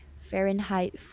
fahrenheit